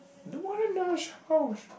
don't want a nice house